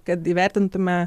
kad įvertintume